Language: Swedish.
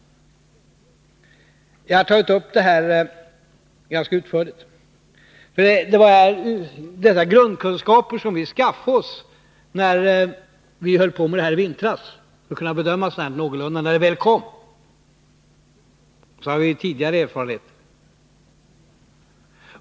Jag har tagit upp detta ganska utförligt. Det var dessa grundkunskaper som vi skaffade oss när vi höll på med den här frågan i vintras för att kunna bedöma ärendet någorlunda när det väl kom. Dessutom har vi tidigare erfarenheter.